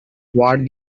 what